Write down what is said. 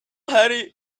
hurry